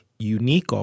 unique